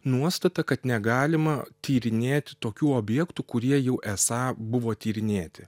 nuostata kad negalima tyrinėti tokių objektų kurie jau esą buvo tyrinėti